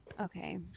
Okay